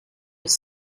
with